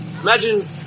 imagine